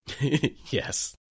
Yes